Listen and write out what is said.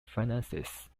finances